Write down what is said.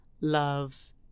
Love